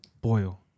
boil